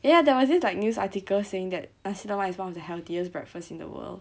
ya there was this like news article saying that nasi lemak is one of the healthiest breakfast in the world